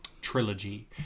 trilogy